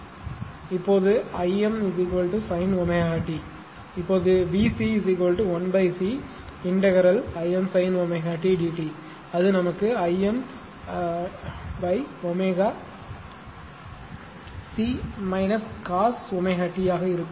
இப்போது I m sin ω t இப்போது VC 1 C integral I m sin ω t dt அது நமக்கு I m ω C cos ω t ஆக இருக்கும்